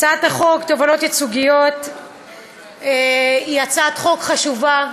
הצעת חוק תובענות ייצוגיות (תיקון מס' 10) היא הצעת חוק חשובה,